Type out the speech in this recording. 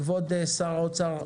כבוד השר האוצר,